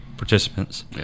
participants